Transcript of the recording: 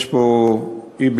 יש פה אי-בהירות